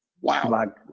wow